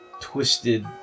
twisted